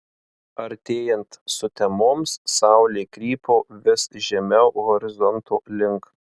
artėjant sutemoms saulė krypo vis žemiau horizonto link